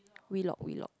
Wheelock Wheelock